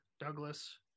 Douglas